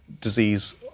disease